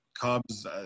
Cubs